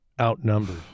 outnumbered